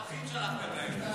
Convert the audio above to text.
פרחים שלחתם להם.